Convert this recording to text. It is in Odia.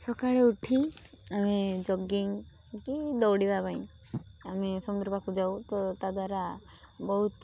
ସକାଳୁ ଉଠି ଆମେ ଜଗିଂ କି ଦୌଡ଼ିବା ପାଇଁ ଆମେ ସମୁଦ୍ର ପାଖକୁ ଯାଉ ତ ତା ଦ୍ୱାରା ବହୁତ